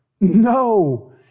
No